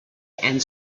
and